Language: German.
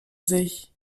sich